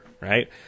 right